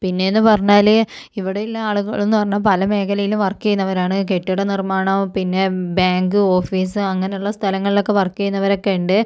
പിന്നേന്ന് പറഞ്ഞാല് ഇവിടെയുള്ള ആളുകളെന്നു പറഞ്ഞാൽ പല മേഖലയിലും വർക്ക് ചെയ്യുന്നവരാണ് കെട്ടിട നിർമാണം പിന്നെ ബാങ്ക് ഓഫീസ് അങ്ങനെയുള്ള സ്ഥലങ്ങളിലോക്കെ വർക്ക് ചെയ്യുന്നവരൊക്കെ ഉണ്ട്